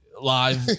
live